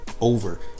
over